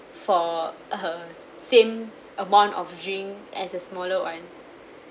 for uh same amount of drink as a smaller one